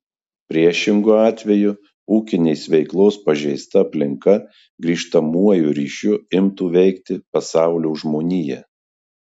priešingu atveju ūkinės veiklos pažeista aplinka grįžtamuoju ryšiu imtų veikti pasaulio žmoniją